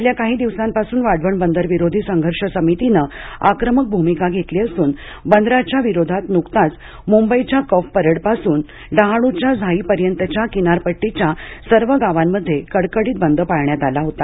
गेल्या काही दिवसांपासून वाढवण बंदरविरोधी संघर्ष समितीनं आक्रमक भूमिका घेतली असून बंदराच्या विरोधात नुकताच मुंबईच्या कफ परेडपासून डहाणूच्या झाईपर्यंतच्या किनारपट्टीच्या सर्व गावांमध्ये कडकडीत बंद पाळण्यात आला होता